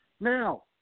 Now